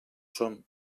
som